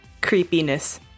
creepiness